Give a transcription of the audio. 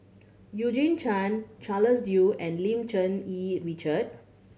Eugene Chen Charles Dyce and Lim Cherng Yih Richard